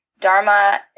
Dharma